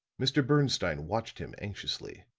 mr. bernstine watched him anxiously.